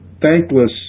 thankless